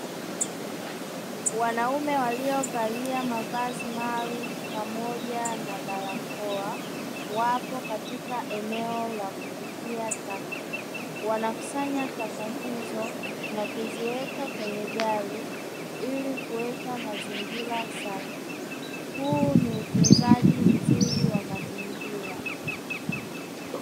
Wanaume waliovalia mavazi maalumu pamoja na balakoa wapo katika eneo la kutupia taka, wanakusanya taka hizo na kuziweka kwenye gari ili kuweka mazingira safi. Huu ni utunzaji mzuri wa mazingira.